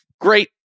great